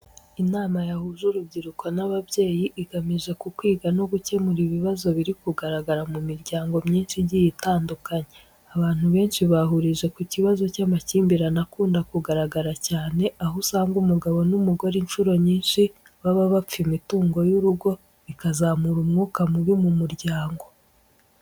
Inama yahuje urubyiruko n'ababyeyi igamije ku kwiga no gukemura ibibazo biri kugaragara mu miryango myinshi igiye itandukanye. Abantu benshi bahurije ku kibazo cy'amakimbirane akunda kugaragara cyane, aho usanga umugabo n'umugore incuro nyinshi baba bapfa imitungo y'urugo, bikazamura umwuka mubi mu muryango.